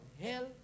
hell